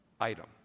item